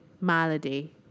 Malady